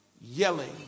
yelling